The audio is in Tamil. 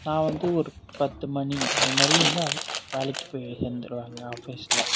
நான் வந்து ஒரு பத்து மணி அந்தமாதிரி வந்து வேலைக்கு போய் சேந்துருவன் அங்கே ஆஃபீஸில்